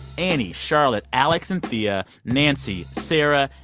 annie, charlotte, alex and thea, nancy, sarah,